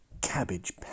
cabbage